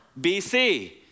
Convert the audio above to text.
BC